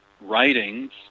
writings